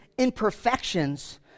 Imperfections